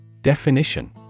Definition